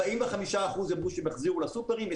45% אמרו שהם יחזירו לסופרמרקטים,